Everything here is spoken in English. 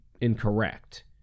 incorrect